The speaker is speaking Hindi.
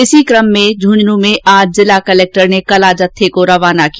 इसी कम में झूंझन् में आज जिला कलेक्टर ने कला जत्थे को रवाना किया